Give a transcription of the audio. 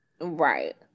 Right